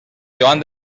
joan